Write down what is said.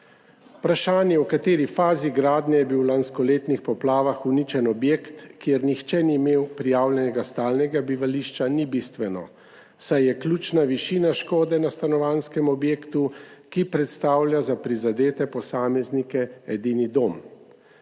Vprašanje, v kateri fazi gradnje je bil v lanskoletnih poplavah uničen objekt, kjer nihče ni imel prijavljenega stalnega bivališča, ni bistveno, saj je ključna višina škode na stanovanjskem objektu, ki predstavlja za prizadete posameznike edini dom.